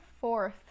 fourth